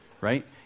right